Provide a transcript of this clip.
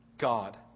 God